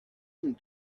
some